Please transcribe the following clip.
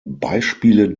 beispiele